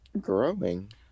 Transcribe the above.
Growing